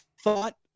thought